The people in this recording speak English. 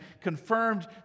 confirmed